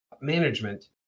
Management